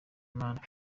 imana